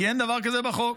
כי אין דבר כזה בחוק,